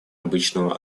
обычного